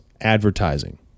advertising